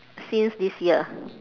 since this year